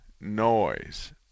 noise